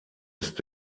ist